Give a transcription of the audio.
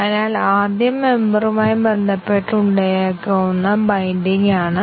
അതിനാൽ ആദ്യം മെംബറുമായി ബന്ധപ്പെട്ട് ഉണ്ടായേക്കാവുന്ന ബൈൻഡിംഗ് ആണ്